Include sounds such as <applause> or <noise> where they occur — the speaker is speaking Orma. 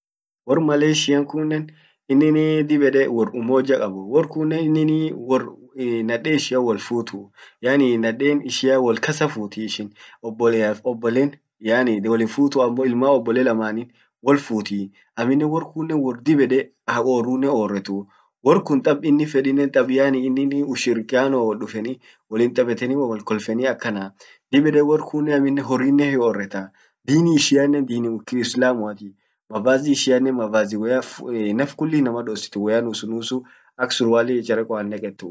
Wor Malaysian kunnen inin <hesitation> dib ede worr umoja kaabu ,Wor kun inin <hesitation> naden ishian woll futuu, yaani naden ishian woll kasa futii ishin obolleaf obollen wollin futu ammo ilman obbole lamani woll futi, amminen wor kunnen wor dib ede haorrunen orretuu. wor kun tab inin fedinen tab yaani inin ushirikianon wot dufeni, wollin tabeteni, wollin kolfeni akana. dib ede wor kunnen amminen horrinen hiorettaa. dini ishiannen dini ukiislamuati. mavazi ishiannen woyya naf kulli inama dossitu woyya nusu nusu ak surwali ccharekkoa hinneketu.